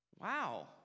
wow